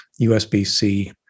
USB-C